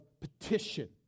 petition